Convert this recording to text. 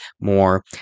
more